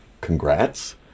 congrats